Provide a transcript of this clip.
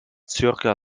circa